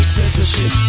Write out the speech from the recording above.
censorship